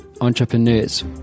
entrepreneurs